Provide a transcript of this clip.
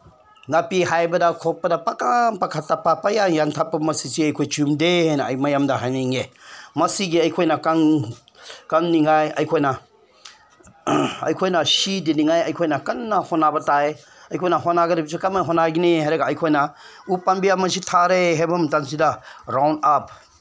ꯅꯥꯄꯤ ꯍꯥꯏꯕꯗ ꯈꯣꯠꯄꯗ ꯄꯀꯛ ꯀꯛꯊꯠꯄ ꯄꯪꯌꯥꯟ ꯌꯥꯟꯊꯠꯄ ꯃꯁꯤꯁꯤ ꯑꯩꯈꯣꯏ ꯆꯨꯝꯗꯦ ꯍꯥꯏꯅ ꯑꯩ ꯃꯌꯥꯝꯗ ꯍꯥꯏꯅꯤꯡꯉꯤ ꯃꯁꯤꯒꯤ ꯑꯩꯈꯣꯏꯅ ꯀꯛꯅꯤꯉꯥꯏ ꯑꯩꯈꯣꯏꯅ ꯑꯩꯈꯣꯏꯅ ꯁꯤꯗꯅꯤꯉꯥꯏ ꯑꯩꯈꯣꯏꯅ ꯀꯟꯅ ꯍꯣꯠꯅꯕ ꯇꯥꯏ ꯑꯩꯈꯣꯏꯅ ꯍꯣꯠꯅꯒꯗꯧꯔꯤꯕꯁꯤ ꯀꯃꯥꯏꯅ ꯍꯣꯠꯅꯒꯅꯤ ꯍꯥꯏꯔꯒ ꯑꯩꯈꯣꯏꯅ ꯎ ꯄꯥꯝꯕꯤ ꯑꯃꯁꯤ ꯊꯥꯔꯦ ꯍꯥꯏꯕ ꯃꯇꯝꯁꯤꯗ ꯔꯥꯎꯟ ꯑꯞ